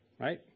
right